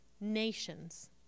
Nations